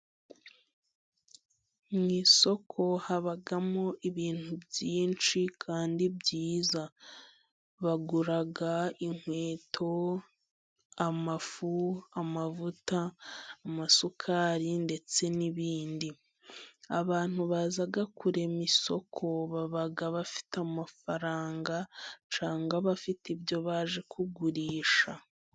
Mu isoko habamo ibintu byinshi kandi byiza bagura inkweto, amafu, amavuta ,amasukari ndetse n'ibindi, abantu baza kurema isoko baba bafite amafaranga cyangwa bafite ibyo baje kugurisha.